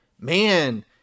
man